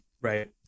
right